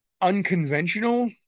unconventional